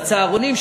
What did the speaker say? בצהרונים,